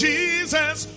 Jesus